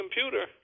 computer